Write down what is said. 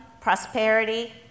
prosperity